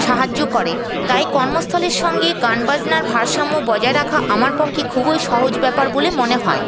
সাহায্য করে তাই কর্মস্থলের সঙ্গে গান বাজনার ভারসাম্য বজায় রাখা আমার পক্ষে খুবই সহজ ব্যাপার বলে মনে হয়